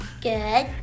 Good